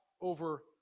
over